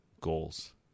goals